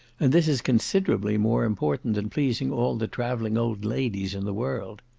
and this is considerably more important than pleasing all the travelling old ladies in the world.